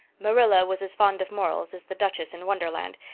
marilla was as fond of morals as the duchess in wonderland,